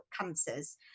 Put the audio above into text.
cancers